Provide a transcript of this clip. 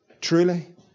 Truly